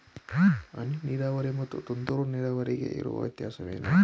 ಹನಿ ನೀರಾವರಿ ಮತ್ತು ತುಂತುರು ನೀರಾವರಿಗೆ ಇರುವ ವ್ಯತ್ಯಾಸವೇನು?